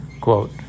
Quote